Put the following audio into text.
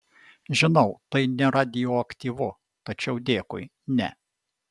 žinau tai neradioaktyvu tačiau dėkui ne